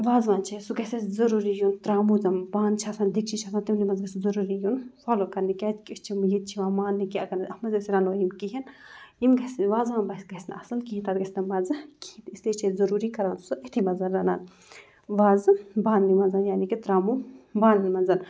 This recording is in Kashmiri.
وازوان چھِ سُہ گژھِ اَسہِ ضٔروٗری یُن ترٛاموٗ زَن بانہٕ چھِ آسان دِگچہِ چھِ آسان تِمنٕے منٛز گژھِ سُہ ضٔروٗری یُن فالو کَرنہٕ کیٛازِکہِ أسۍ چھِ یِم ییٚتہِ چھِ یِوان ماننہٕ کہِ اگر نہٕ اَتھ منٛز أسۍ رَںو یہِ کِہیٖنۍ یِم گژھِ وازوان باسہِ گژھِ نہٕ اَصٕل کِہیٖنۍ تَتھ گژھِ نہٕ مَزٕ کِہیٖنۍ تہِ اِسلیے چھِ أسۍ ضٔروٗری کَران سُہ ایٚتھی منٛز رَنان وازٕ بانہٕ نِوان زَنہٕ یعنے کہِ ترٛاموٗ بانہٕ نٕے منٛز